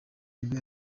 nibwo